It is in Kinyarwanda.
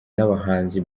n’abahanzi